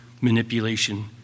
manipulation